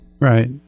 Right